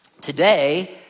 Today